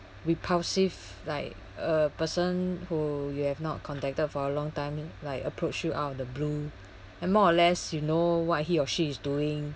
repulsive like a person who you have not contacted for a long time like approach you out of the blue and more or less you know what he or she is doing